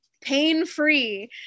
pain-free